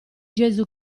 gesù